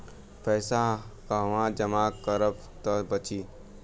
पैसा कहवा जमा करब त बची?